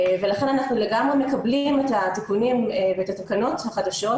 ולכן אנחנו לגמרי מקבלים את התיקונים ואת התקנות החדשות,